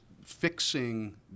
fixing